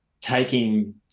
taking